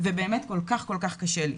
ובאמת כל כך, כל כך קשה לי.